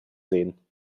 sehen